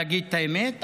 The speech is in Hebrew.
להגיד את האמת,